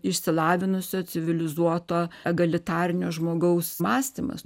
išsilavinusio civilizuoto egalitarinio žmogaus mąstymas